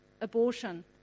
abortion